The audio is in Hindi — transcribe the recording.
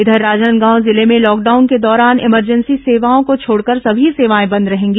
इधर राजनांदगांव जिले में लॉकडाउन के दौरान इमरजेंसी सेवाओं को छोड़कर सभी सेवाएं बंद रहेंगी